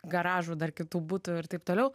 garažų dar kitų butų ir taip toliau